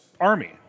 army